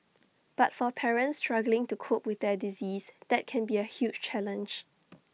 but for parents struggling to cope with their disease that can be A huge challenge